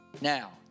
Now